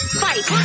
fight